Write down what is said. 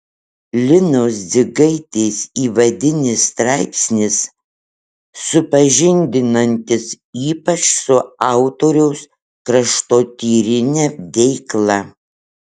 linos dzigaitės įvadinis straipsnis supažindinantis ypač su autoriaus kraštotyrine veikla